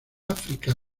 áfrica